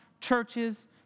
churches